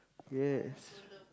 yes